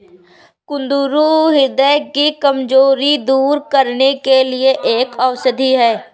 कुंदरू ह्रदय की कमजोरी दूर करने के लिए एक औषधि है